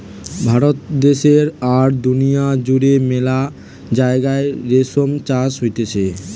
ভারত দ্যাশে আর দুনিয়া জুড়ে মেলা জাগায় রেশম চাষ হতিছে